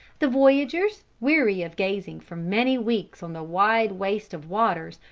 the voyagers, weary of gazing for many weeks on the wide waste of waters,